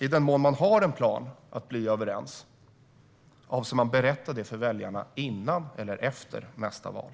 I den mån man har en plan att bli överens, avser man att berätta det för väljarna före eller efter nästa val?